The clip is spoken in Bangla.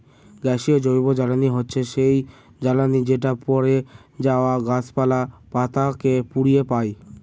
গ্যাসীয় জৈবজ্বালানী হচ্ছে সেই জ্বালানি যেটা পড়ে যাওয়া গাছপালা, পাতা কে পুড়িয়ে পাই